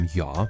ja